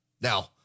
Now